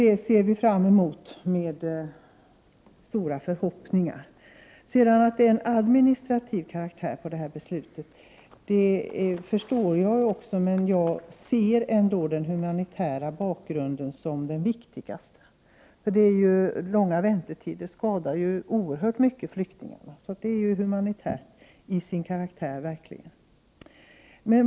Vi ser fram emot detta med stora förhoppningar. Jag förstår också att det är en administrativ karaktär på detta beslut. Men den humanitära bakgrunden ser jag ändå som det viktigaste. De långa väntetiderna skadar flyktingarna oerhört mycket. Därför är detta verkligen till sin karaktär en humanitär fråga.